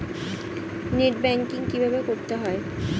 Net banking কীভাবে করতে হয়?